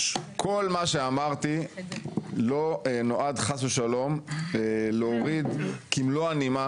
65. כל מה שאמרתי לא נועד חס ושלום להוריד כמלוא הנימה